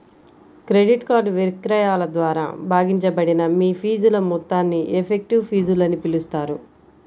credit card విక్రయాల ద్వారా భాగించబడిన మీ ఫీజుల మొత్తాన్ని ఎఫెక్టివ్ ఫీజులని పిలుస్తారు